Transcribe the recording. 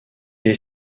est